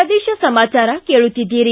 ಪ್ರದೇಶ ಸಮಾಚಾರ ಕೇಳುತ್ತೀದ್ದಿರಿ